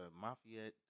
mafia